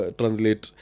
translate